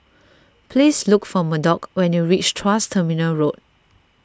please look for Murdock when you reach Tuas Terminal Road